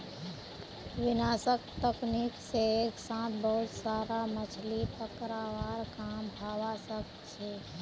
विनाशक तकनीक से एक साथ बहुत सारा मछलि पकड़वार काम हवा सके छे